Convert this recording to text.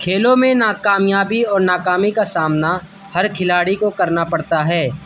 کھیلوں میں ناکامیابی اور ناکامی کا سامنا ہر کھلاڑی کو کرنا پڑتا ہے